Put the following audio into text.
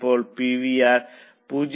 ഇപ്പോൾ പിവിആർ 0